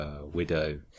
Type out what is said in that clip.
widow